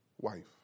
wife